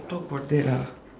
talk about that ah